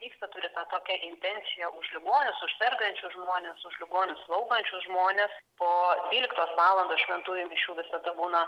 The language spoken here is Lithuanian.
vyksta turi tokią intenciją už ligonius sergančius žmones už ligonius slaugančius žmones po dvyliktos valandos šventųjų mišių visada būna